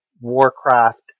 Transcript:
Warcraft